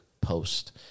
post